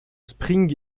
spring